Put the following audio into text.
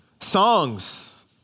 Songs